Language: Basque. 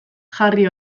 jarri